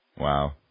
Wow